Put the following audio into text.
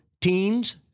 teens